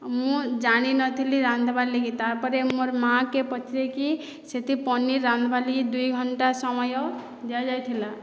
ମୁଁ ଜାଣି ନଥିଲି ରାନ୍ଧିବାର ଲାଗି ତା'ର ପରେ ମୋର ମାଆକୁ ପଚାରିକି ସେଠି ପନିର୍ ରାନ୍ଧିବାର ଲାଗି ଦୁଇ ଘଣ୍ଟା ସମୟ ଦିଆ ଯାଇଥିଲା